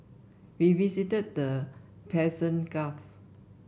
we visited the Persian Gulf